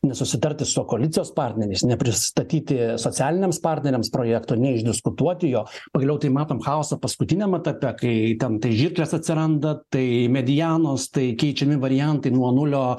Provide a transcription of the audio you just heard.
nesusitarti su o koalicijos partneriais nepristatyti socialiniams partneriams projekto neišdiskutuoti jo pagaliau tai matom chaosą paskutiniam etape kai tai ten žirklės atsiranda tai medianos tai keičiami variantai nuo nulio